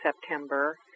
September